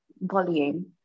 volume